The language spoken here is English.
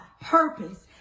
purpose